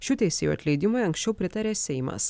šių teisėjų atleidimui anksčiau pritarė seimas